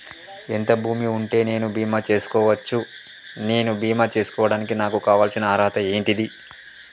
ఎంత భూమి ఉంటే నేను బీమా చేసుకోవచ్చు? నేను బీమా చేసుకోవడానికి నాకు కావాల్సిన అర్హత ఏంటిది?